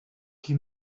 qui